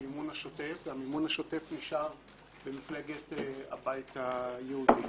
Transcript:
המימון השוטף והמימון השוטף נשאר במפלגת הבית היהודי.